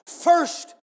first